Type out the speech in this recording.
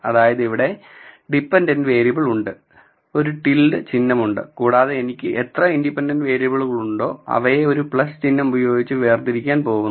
അതായത് ഇവിടെ dependent variable ഉണ്ട് ഒരു ടിൽഡ് ചിഹ്നമുണ്ട് കൂടാതെ എനിക്ക് എത്ര ഇൻഡിപെൻഡന്റ് വേരിയബിളുകളുണ്ടോ അവയെ ഒരു ചിഹ്നം ഉപയോഗിച്ച് വേർതിരിക്കാൻ പോകുന്നു